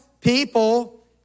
people